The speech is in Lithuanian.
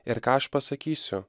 ir ką aš pasakysiu